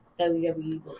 wwe